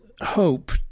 hope